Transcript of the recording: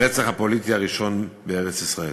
הרצח הפוליטי הראשון במדינת ישראל".